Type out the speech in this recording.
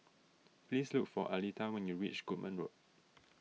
please look for Aleta when you reach Goodman Road